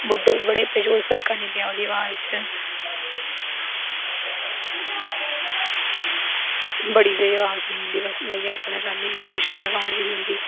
बुढ़ापे च कोई फर्क नी पेआ ओह्दी अवाज़ च बड़ा स्हेई अवाज़ ही उंदी में बस इयै आक्खना चाह्नी कि बड़ी शैल अवाज़ ही उंदी